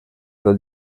del